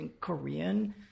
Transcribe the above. Korean